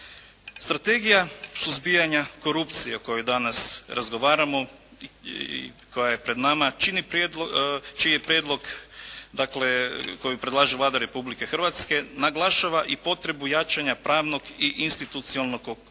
Strategija suzbijanja korupcije o kojoj danas razgovaramo i koja je pred nama čiji je prijedlog, dakle koju predlaže Vlada Republike Hrvatske naglašava i potrebu jačanja pravnog i institucionalnog okvira,